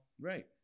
right